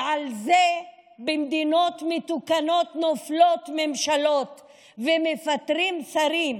ועל זה במדינות מתוקנות נופלות ממשלות ומפטרים שרים,